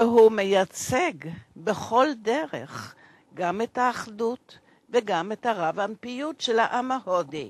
והוא מייצג בכל דרך גם את האחדות וגם את הרב-אנפיות של העם ההודי.